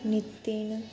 Nitin